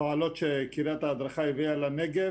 התועלות שקריית ההדרכה הביאה לנגב